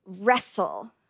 wrestle